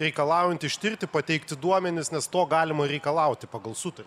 reikalaujant ištirti pateikti duomenis nes to galima reikalauti pagal sutart